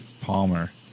Palmer